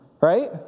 Right